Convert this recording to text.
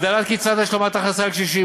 הגדלת קצבת השלמת הכנסה לקשישים.